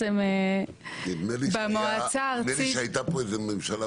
נדמה לי שהייתה פה איזה ממשלה,